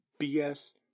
BS